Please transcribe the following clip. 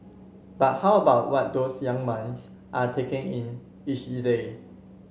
but how about what those young minds are taking in each